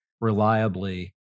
reliably